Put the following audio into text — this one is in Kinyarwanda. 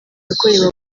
yakorewe